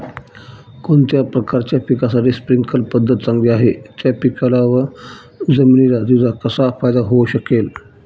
कोणत्या प्रकारच्या पिकासाठी स्प्रिंकल पद्धत चांगली आहे? त्या पिकाला व जमिनीला तिचा कसा फायदा होऊ शकेल?